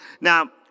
Now